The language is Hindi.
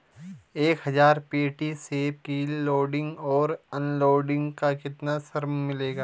एक हज़ार पेटी सेब की लोडिंग और अनलोडिंग का कितना श्रम मिलेगा?